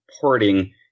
porting